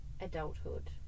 adulthood